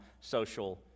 social